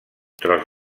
tros